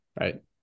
right